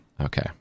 Okay